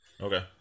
okay